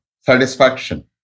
satisfaction